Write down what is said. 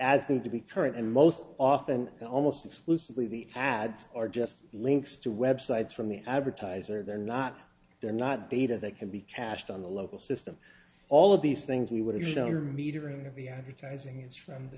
need to be current and most often almost exclusively the ads are just links to websites from the advertiser they're not they're not data that can be cached on the local system all of these things we would have known or metering of the advertising is from the